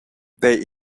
they